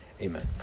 amen